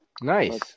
Nice